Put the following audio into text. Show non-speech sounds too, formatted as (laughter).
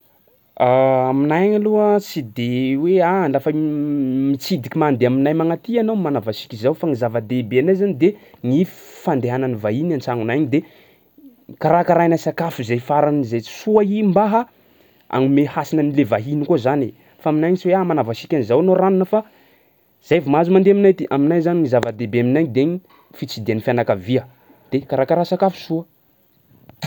(hesitation) Amignay aloha tsy de hoe ah lafa (hesitation) mitsidiky mandeha aminay magnaty anao manaova siky zao fa gny zava-dehibe anay zany de ny f- fandehanan'ny vahiny an-tsagnonay de karakaraina sakafo zay faran'zay soa iha mba ha agnome hasina an'le vahiny koa zany e. Fa aminay tsy hoe ah manava siky an'zao anao r'anona fa zay vao mahazo mandeha aminay aty. Aminay zany ny zava-dehibe aminay de gny fitsidihan'ny fianakavia de karakarà sakafo soa.